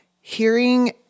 hearing